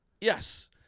Yes